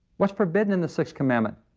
what's forbidden in the sixth commandment?